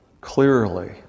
clearly